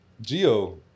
Geo